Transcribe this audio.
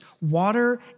Water